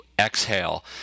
exhale